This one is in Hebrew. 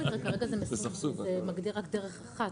בכל מקרה, כרגע זה מגדיר רק דרך אחת.